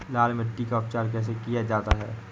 लाल मिट्टी का उपचार कैसे किया जाता है?